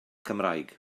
cymraeg